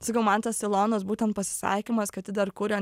sakau man tas ilonos būtent pasisakymas kad ji dar kuria